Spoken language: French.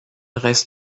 reste